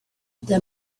the